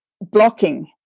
blocking